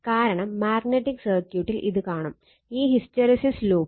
കാരണം മാഗ്നറ്റിക് സർക്യൂട്ടിൽ ഇത് കാണും ഈ ഹിസ്റ്റെറിസിസ് ലൂപ്പ്